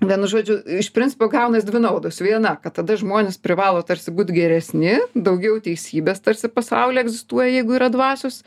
vienu žodžiu iš principo gaunas dvi naudos viena kad tada žmonės privalo tarsi būt geresni daugiau teisybės tarsi pasauly egzistuoja jeigu yra dvasios